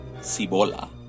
Cibola